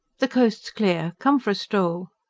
the coast's clear. come for a stroll.